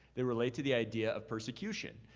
they relate to the idea of persecution.